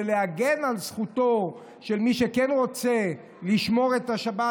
להגן על זכותו של מי שכן רוצה לשמור את השבת,